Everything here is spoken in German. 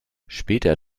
später